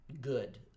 good